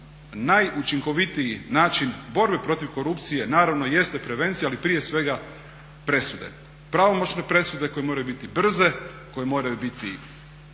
najučinkovitiji način borbe protiv korupcije naravno jeste prevencija, ali prije svega presude, pravomoćne presude koje moraju biti brze, koje moraju biti